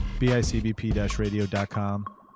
bicbp-radio.com